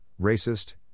racist